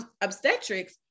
obstetrics